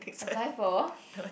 apply for